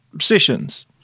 sessions